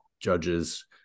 judges